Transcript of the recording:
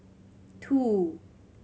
two